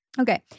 Okay